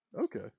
Okay